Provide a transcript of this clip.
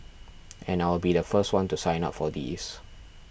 and I will be the first one to sign up for these